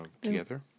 together